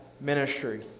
ministry